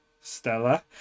Stella